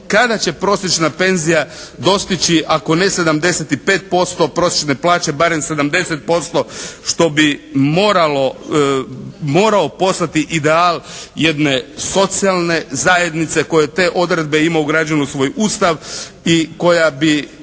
kada će prosječna penzija dostići ako ne 75% prosječne plaće, barem 70% što bi morao postati ideal jedne socijalne zajednice koja te odredbe ima ugrađene u svoj Ustav i koja bi